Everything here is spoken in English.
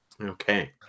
Okay